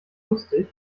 lustig